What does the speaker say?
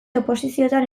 oposiziotan